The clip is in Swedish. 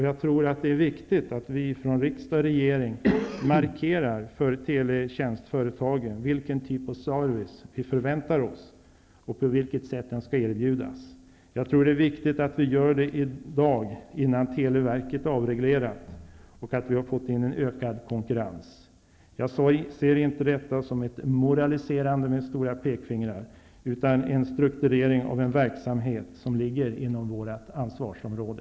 Jag tror att det är viktigt att vi från riksdag och regering markerar för teletjänstföretagen vilken typ av service vi förväntar oss och på vilket sätt den skall erbjudas. Jag tror att det är viktigt att vi gör det i dag innan televerket har blivit avreglerat och vi har fått ökad konkurrens. Jag ser inte detta som ett moraliserande med stora pekfingrar utan som en strukturering av en verksamhet som ligger inom vårt ansvarsområde.